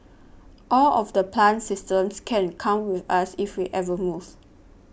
all of the plant systems can come with us if we ever move